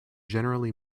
generally